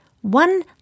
One